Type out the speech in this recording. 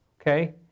okay